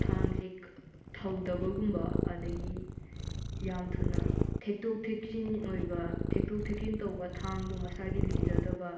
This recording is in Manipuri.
ꯊꯥꯡꯁꯦ ꯊꯧꯗꯕꯒꯨꯝꯕ ꯑꯗꯒꯤ ꯌꯥꯝꯅ ꯊꯨꯅ ꯊꯦꯛꯇꯣꯛ ꯊꯦꯛꯆꯤꯟ ꯑꯣꯏꯕ ꯊꯦꯛꯇꯣꯛ ꯊꯦꯛꯆꯤꯟ ꯇꯧꯕ ꯊꯥꯡꯗꯣ ꯃꯁꯥꯒꯤ ꯂꯤꯡꯖꯗꯕ